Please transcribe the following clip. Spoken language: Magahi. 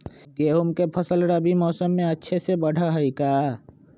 गेंहू के फ़सल रबी मौसम में अच्छे से बढ़ हई का?